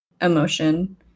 emotion